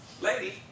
lady